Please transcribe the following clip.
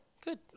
Good